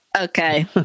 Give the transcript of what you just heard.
Okay